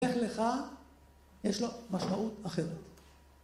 "לך לך", יש לו משמעות אחרת.